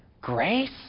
grace